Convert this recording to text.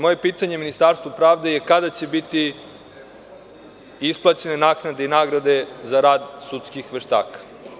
Moje pitanje Ministarstvu pravde je – kada će biti isplaćene naknade i nagrade za rad sudskih veštaka?